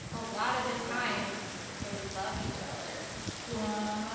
a lot of the time they love each other what?